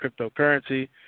cryptocurrency